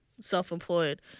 self-employed